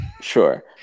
Sure